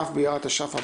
כ׳ באייר התש״ף,